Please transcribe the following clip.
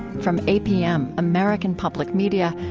from apm, american public media,